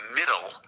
middle